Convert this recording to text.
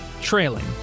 trailing